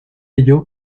ello